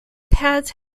pads